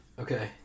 Okay